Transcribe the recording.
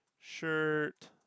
shirt